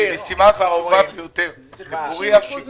זו משימה חשובה ביותר שיקום